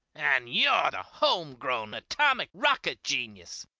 and you're the home-grown atomic-rocket genius,